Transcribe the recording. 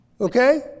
Okay